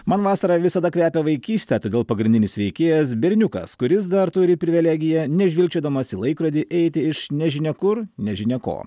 man vasarą visada kvepia vaikyste todėl pagrindinis veikėjas berniukas kuris dar turi privilegiją nežvilgčiodamas į laikrodį eiti iš nežinia kur nežinia ko